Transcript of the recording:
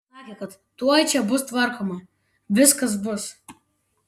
sakė kad tuoj čia bus tvarkoma viskas bus